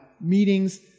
meetings